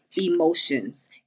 emotions